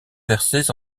versés